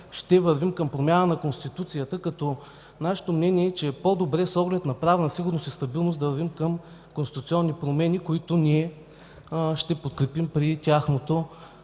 ще вървим към промяна в Конституцията. Нашето мнение е, че е по-добре с оглед на правна сигурност и стабилност да вървим към конституционни промени, които ще подкрепим при тяхното